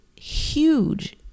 huge